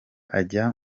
ajya